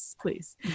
please